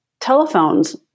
telephones